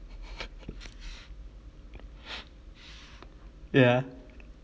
ya